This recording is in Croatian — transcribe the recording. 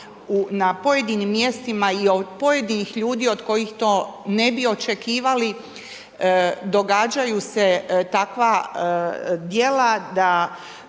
na pojedinim mjestima i od pojedinih ljudi od kojih to ne bi očekivali, događaju se takva djela da